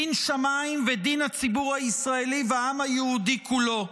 דין שמיים ודין הציבור הישראלי והעם היהודי כולו?